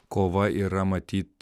kova yra matyt